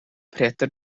preter